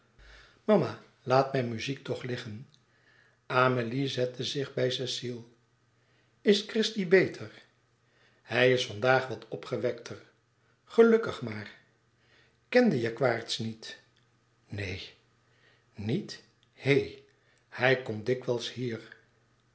mama laat mijn muziek toch liggen amélie zette zich bij cecile is christie beter hij is vandaag wat opgewekter gelukkig maar kende je quaerts niet neen niet hé hij komt dikwijls hier